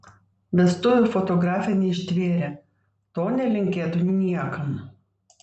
vestuvių fotografė neištvėrė to nelinkėtų niekam